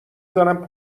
زنم